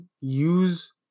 use